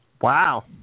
Wow